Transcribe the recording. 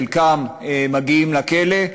חלקם מגיעים לכלא,